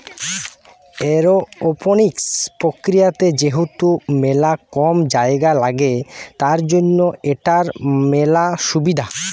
aeroponics প্রক্রিয়াতে যেহেতু মেলা কম জায়গা লাগে, তার জন্য এটার মেলা সুবিধা